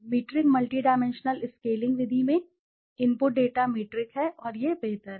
metric multidimensional स्केलिंगविधि में input data metric है और यह बेहतर है